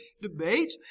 debate